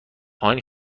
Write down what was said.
هانی